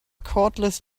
cordless